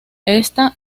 ésta